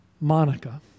Monica